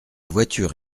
voiture